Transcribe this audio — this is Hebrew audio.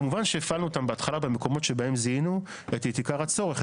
כמובן שהפעלנו אותם בהתחלה במקומות שבהם זיהינו את עיקר הצורך,